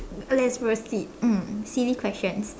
let's proceed mm silly question